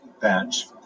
batch